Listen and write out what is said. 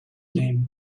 mean